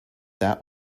that